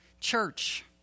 church